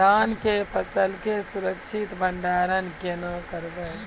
धान के फसल के सुरक्षित भंडारण केना करबै?